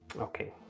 Okay